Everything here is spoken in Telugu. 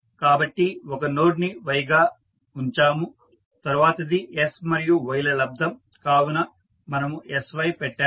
కాబట్టి ఒక నోడ్ ని Y గా ఉంచాము తరువాతిది s మరియు Y ల లబ్దం కావున మనము sY పెట్టాము